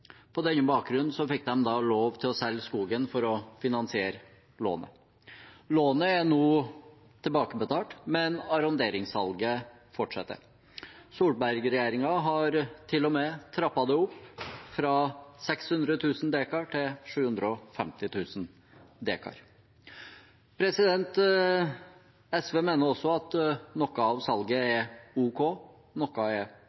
på denne bakgrunn fikk de lov til å selge skogen for å finansiere lånet. Lånet er nå tilbakebetalt, men arronderingssalget fortsetter. Solberg-regjeringen har til og med trappet det opp fra 600 000 dekar til 750 000 dekar. SV mener at noe av salget er